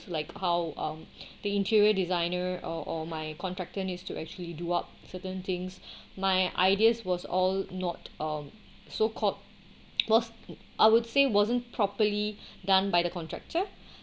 like how um the interior designer or or my contractor needs to actually do up certain things my ideas was all not um so called most I would say wasn't properly done by the contractor